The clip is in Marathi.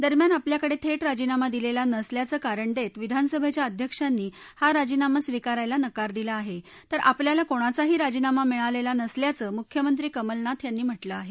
दरम्यान आपल्याकडे थेट राजीनामा दिलेला नसल्याचं कारण देत विधानसभेच्या अध्यक्षांनी हा राजीनामा स्विकारायला नकार दिला आहे तर आपल्याला कोणाचाही राजीनामा मिळालेला नसल्याचं मुख्यमंत्री कमलनाथ यांनी म्हटलं आहे